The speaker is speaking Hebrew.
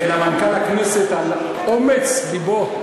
ולמנכ"ל הכנסת, על אומץ לבו.